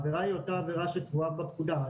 העבירה היא אותה עבירה שקבועה בפקודה,